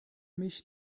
mich